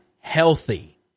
healthy